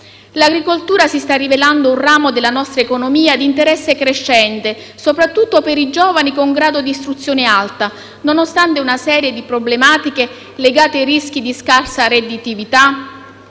L'agricoltura si sta rivelando un ramo della nostra economia di interesse crescente, soprattutto per i giovani con grado di istruzione alta, nonostante una serie di problematiche legate ai rischi di scarsa redditività,